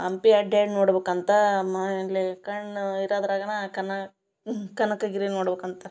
ಹಂಪಿ ಅಡ್ಯಾಡಿ ನೋಡ್ಬೇಕಂತ ಮಾ ಇಲ್ಲಿ ಕಣ್ಣು ಇರದ್ರಾಗನೆ ಕನ ಕನಕಗಿರಿ ನೋಡ್ಬೇಕಂತಾರೆ